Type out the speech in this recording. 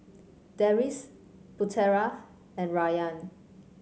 Deris Putera and Rayyan